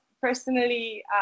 personally